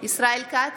ישראל כץ,